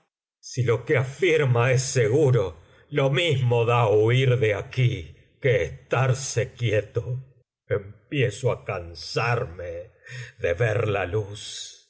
si lo que afirma es seguro lo mismo da huir de aquí que estarse quieto empiezo á cansarme de ver la luz